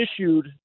issued